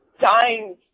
dying